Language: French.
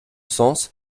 sens